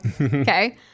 Okay